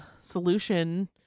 solution